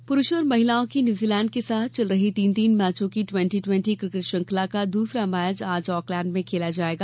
cricket पुरुषों और महिलाओं की न्यूजीलैंड के साथ चल रही तीन तीन मैचों की ट्वेंटी ट्वेंटी क्रिकेट श्रृंखला का दूसरा मैच आज ऑकलैंड में खेला जाएगा